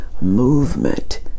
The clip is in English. movement